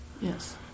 Yes